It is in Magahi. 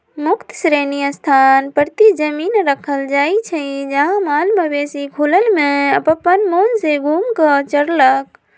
मुक्त श्रेणी स्थान परती जमिन रखल जाइ छइ जहा माल मवेशि खुलल में अप्पन मोन से घुम कऽ चरलक